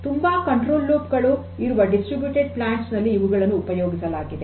ತುಂಬಾ control loop ಗಳು ಇರುವ ಡಿಸ್ಟ್ರಿಬ್ಯುಟೆಡ್ ಪ್ಲಾಂಟ್ಸ್ ನಲ್ಲಿ ಇವುಗಳನ್ನು ಉಪಯೋಗಿಸಲಾಗಿದೆ